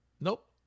Nope